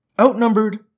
Outnumbered